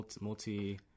multi